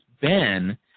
ben